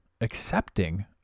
Accepting